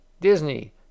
disney